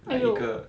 !aiyo!